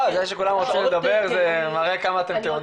זה שכולם רוצים לדבר מראה כמה אתם טעונים,